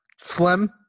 Flem